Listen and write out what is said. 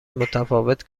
متفاوت